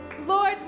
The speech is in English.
Lord